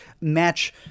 match